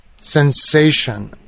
sensation